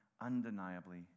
undeniably